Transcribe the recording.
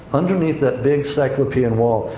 underneath that big cyclopean wall.